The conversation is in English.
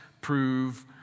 prove